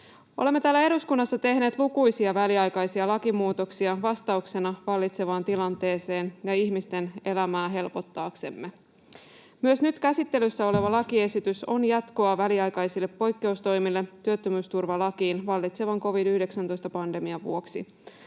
Olemme täällä eduskunnassa tehneet lukuisia väliaikaisia lakimuutoksia vastauksena vallitsevaan tilanteeseen ja helpottaaksemme ihmisten elämää. Myös nyt käsittelyssä oleva lakiesitys on jatkoa väliaikaisille poikkeustoimille työttömyysturvalakiin vallitsevan covid-19-pandemian vuoksi.